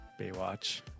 Baywatch